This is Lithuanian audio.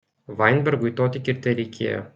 vainbergui to tik ir tereikėjo